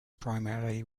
primarily